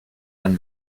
van